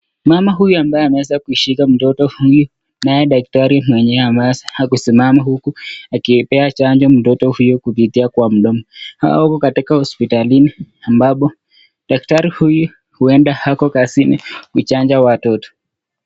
Mama ameweza kushika mtoto na daktari mwenyewe amesimama huku akipea chanjo mtoto kupitia kwa mdomo. Wako hospitalini ambapo daktari huyu huenda ako kazini kuchanja watoto.